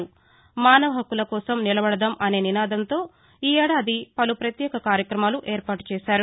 మానవ హక్కుల కోసం నిలబడదాం అనే నినాదంతో ఈ ఏడాది పలు పత్యేక కార్యక్రమాలు ఏర్పాటు చేశారు